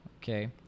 Okay